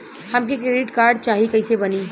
हमके credit card चाही कैसे बनी?